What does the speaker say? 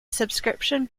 subscription